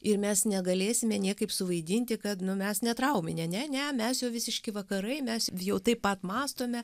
ir mes negalėsime niekaip suvaidinti kad nu mes netrauminė ne ne mes jau visiški vakarai mes jau taip pat mąstome